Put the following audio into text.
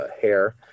hair